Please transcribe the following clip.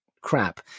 crap